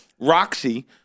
Roxy